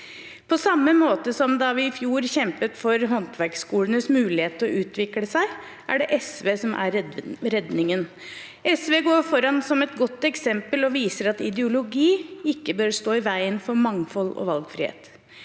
På samme måte som da vi i fjor kjempet for håndverkskolenes mulighet til å utvikle seg, er det SV som er redningen. SV går foran som et godt eksempel og viser at ideologi ikke bør stå i veien for mangfold og valgfrihet.